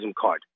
card